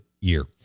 year